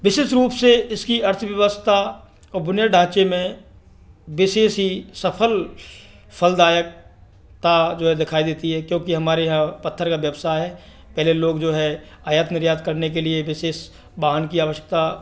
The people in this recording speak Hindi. विशेष रूप से इसकी अर्थव्यवस्था और बुनियादी ढांचे में विशेष सफल फलदायकता जो है दिखाई देती है क्योंकि हमारे यहाँ पत्थर का व्यवसाय है पहले लोग जो हैं आयात निर्यात करने के लिए विशेष वाहन की आवश्यकता